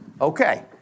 okay